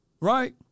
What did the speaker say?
Right